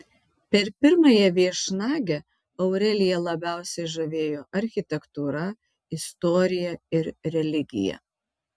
per pirmąją viešnagę aureliją labiausiai žavėjo architektūra istorija ir religija